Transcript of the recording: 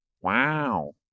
Wow